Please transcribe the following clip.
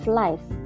life